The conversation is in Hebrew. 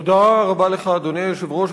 תודה רבה לך, אדוני היושב-ראש.